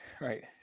right